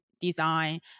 design